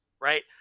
right